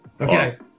Okay